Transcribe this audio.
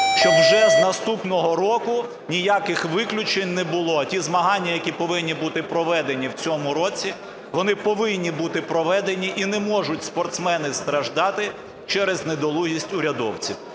Щоб вже з наступного року ніяких виключень не було, ті змагання, які повинні бути проведені в цьому році, вони повинні бути проведені, і не можуть спортсмени страждати через недолугість урядовців.